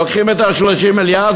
לוקחים את ה-30 מיליארד,